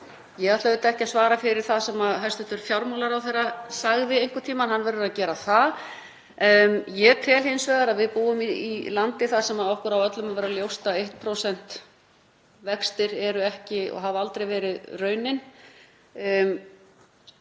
þá ætla ég ekki að svara fyrir það sem hæstv. fjármálaráðherra sagði einhvern tímann, hann verður að gera það. Við búum hins vegar í landi þar sem okkur á öllum að vera ljóst að 1% vextir eru ekki og hafa aldrei verið raunin.